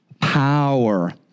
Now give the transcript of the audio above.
power